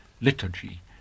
liturgy